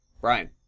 Brian